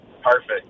Perfect